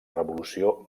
revolució